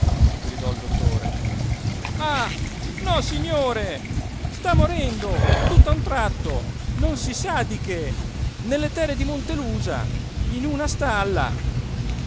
gridò il dottore ah nossignore sta morendo tutt'a un tratto non si sa di che nelle terre di montelusa in una stalla